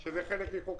זה חדש, זה חדש בכנסת.